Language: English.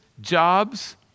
jobs